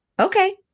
okay